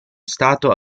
stato